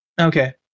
Okay